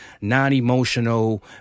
non-emotional